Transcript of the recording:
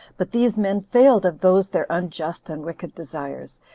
but these men failed of those their unjust and wicked desires,